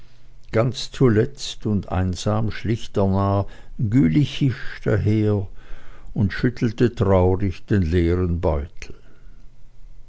ganz zuletzt und einsam schlich der narr gülichisch daher und schüttelte traurig den leeren beutel